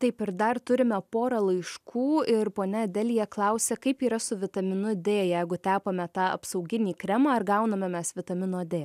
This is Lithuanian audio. taip ir dar turime porą laiškų ir ponia delija klausia kaip yra su vitaminu d jeigu tepame tą apsauginį kremą ar gauname mes vitamino d